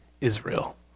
Israel